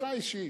אותך אישית,